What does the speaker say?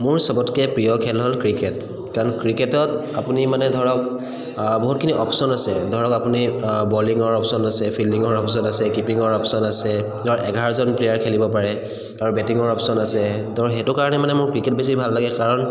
মোৰ চবতকৈ প্ৰিয় খেল হ'ল ক্ৰিকেট কাৰণ ক্ৰিকেটত আপুনি মানে ধৰক বহুতখিনি অপশ্যন আছে ধৰক আপুনি বলিঙৰ অপশ্যন আছে ফিল্ডিঙৰ অপশ্যন আছে কিপিঙৰ অপশ্যন আছে ধৰক এঘাৰজন প্লেয়াৰ খেলিব পাৰে আৰু বেটিঙৰ অপশ্যন আছে ধৰক সেইটো কাৰণে মানে মোৰ ক্ৰিকেট বেছি ভাল লাগে কাৰণ